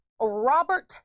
Robert